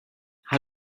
how